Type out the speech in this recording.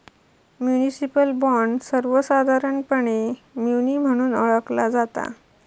municipal bond, सर्वोसधारणपणे muni म्हणून ओळखला जाता